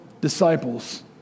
disciples